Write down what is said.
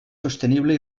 sostenible